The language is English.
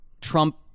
Trump